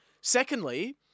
Secondly